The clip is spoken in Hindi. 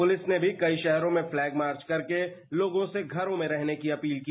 पुलिस ने भी कई राहरों में पलैग मार्च कर के लोगों से घरों में रहने की अपील की